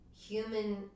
human